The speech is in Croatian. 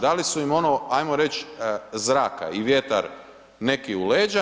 Dali su im ono, ajmo reći, zraka i vjetar, neki u leđa.